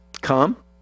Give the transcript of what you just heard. come